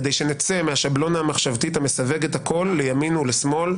כדי שנצא מהשבלונה המחשבתית המסווגת הכול לימין ולשמאל,